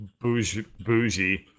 bougie